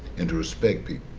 and to respect people.